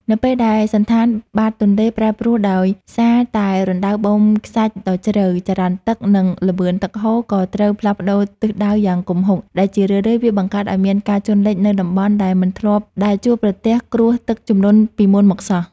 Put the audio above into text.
នៅពេលដែលសណ្ឋានបាតទន្លេប្រែប្រួលដោយសារតែរណ្តៅបូមខ្សាច់ដ៏ជ្រៅ ចរន្តទឹក និងល្បឿនទឹកហូរក៏ត្រូវផ្លាស់ប្តូរទិសដៅយ៉ាងគំហុក ដែលជារឿយៗវាបង្កើតឱ្យមានការជន់លិចនៅតំបន់ដែលមិនធ្លាប់ដែលជួបប្រទះគ្រោះទឹកជំនន់ពីមុនមកសោះ។